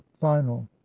final